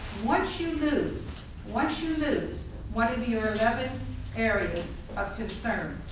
once you lose once you lose one of your eleven areas of concern,